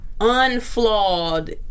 unflawed